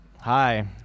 Hi